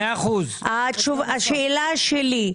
השאלה שלי,